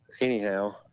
anyhow